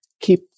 keep